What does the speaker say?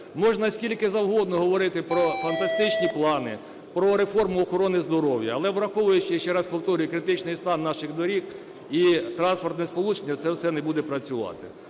Можна скільки завгодно говорити про фантастичні плани, про реформу охорони здоров'я, але враховуючи, ще раз повторюю, критичний стан наших доріг і транспортне сполучення, це все не буде працювати.